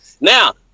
Now